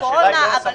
קורונה.